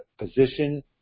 position